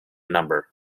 number